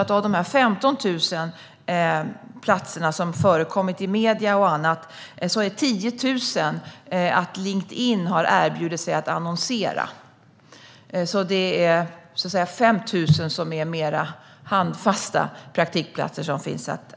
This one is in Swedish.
När det gäller de 15 000 platserna, som bland annat omnämnts i medierna, består 10 000 av att Linkedin har erbjudit sig att annonsera. Det finns alltså 5 000 handfasta praktikplatser att tillgå.